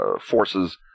forces